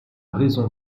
raison